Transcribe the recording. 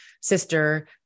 sister